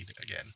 again